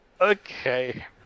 Okay